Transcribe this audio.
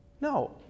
No